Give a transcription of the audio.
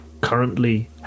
currently